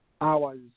hours